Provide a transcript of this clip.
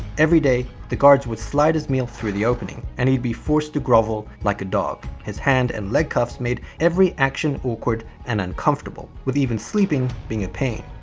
every day the guards would slide his meal through the opening and he'd be forced to grovel like a dog. his hand and leg cuffs made every action awkward and uncomfortable, with even sleeping being a pain.